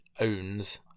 owns